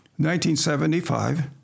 1975